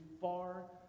far